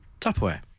Tupperware